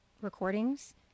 recordings